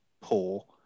poor